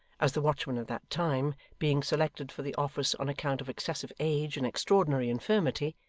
as the watchmen of that time, being selected for the office on account of excessive age and extraordinary infirmity,